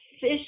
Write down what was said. fish